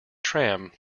tram